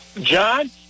John